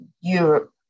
Europe